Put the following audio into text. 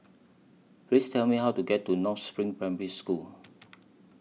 Please Tell Me How to get to North SPRING Primary School